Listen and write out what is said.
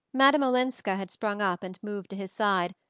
madame olenska had sprung up and moved to his side,